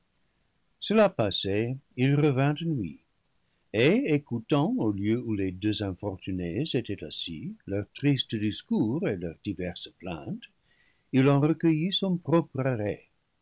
cela passé il revint de nuit et écoutant au lieu où les deux infortunés étaient assis leur triste discours et leur diverse plainte il en recueillit son propre arrêt